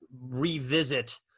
revisit